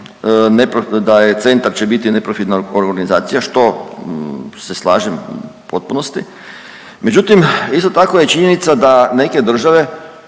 Centar će biti neprofitna organizacija, što se slažem u potpunosti, međutim, isto tako je činjenica da neke države,